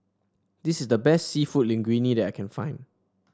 this is the best seafood Linguine that I can find